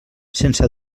sense